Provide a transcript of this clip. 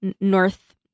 North